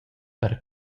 per